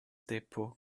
depot